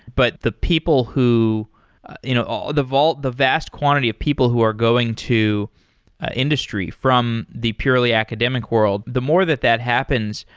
but the people who you know the vast the vast quantity of people who are going to industry from the purely academic world, the more that that happens,